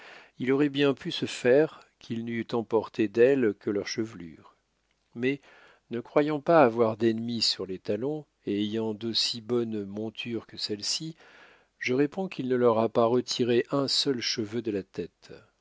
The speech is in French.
il aurait bien pu se faire qu'il n'eût emporté d'elles que leurs chevelures mais ne croyant pas avoir d'ennemis sur les talons et ayant d'aussi bonnes montures que celles-ci je réponds qu'il ne leur a pas retiré un seul cheveu de la tête